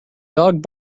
dog